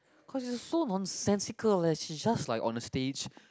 cause it is so nonsensical leh she is like just on the stage